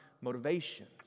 motivations